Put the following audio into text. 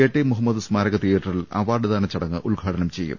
T Muhammad സ്മാരക തിയേറ്ററിൽ അവാർഡ്ദാന ചടങ്ങ് ഉദ്ഘാടനം ചെയ്യും